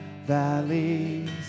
valleys